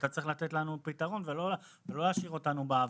אתה צריך לתת לנו פתרון ולא להשאיר אותנו באוויר.